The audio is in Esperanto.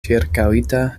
ĉirkaŭita